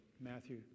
Matthew